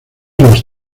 los